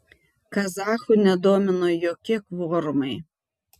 kazachų nedomino jokie kvorumai